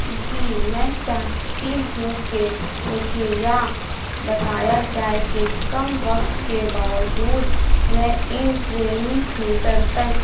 جی میں چاہتی ہوں کہ مجھے یہ بتایا جائے کہ کم وقت کے باوجود میں ان ٹریننگ سیزن تک